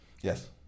Yes